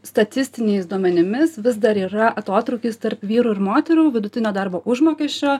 statistiniais duomenimis vis dar yra atotrūkis tarp vyrų ir moterų vidutinio darbo užmokesčio